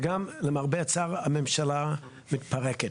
וגם, למרבה הצער, הממשלה מתפרקת.